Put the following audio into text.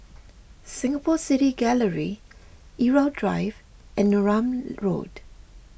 Singapore City Gallery Irau Drive and Neram Road